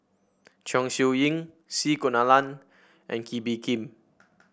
Chong Siew Ying C Kunalan and Kee Bee Khim